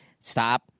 stop